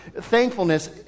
thankfulness